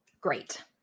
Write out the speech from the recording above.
Great